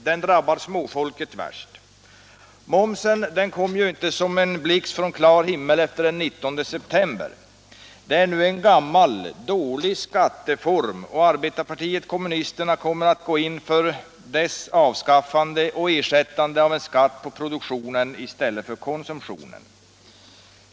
Den drabbar småfolket värst. Momsen kom inte som en blixt från klar himmel efter den 19 september. Den är nu en gammal dålig skatteform, och arbetarpartiet kommunisterna kommer att gå in för dess avskaffande och införande av en skatt på produktionen i stället för på konsumtionen.